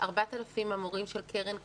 4,000 המורים של קרן קרב,